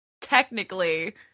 Technically